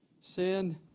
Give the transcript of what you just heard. Sin